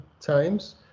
times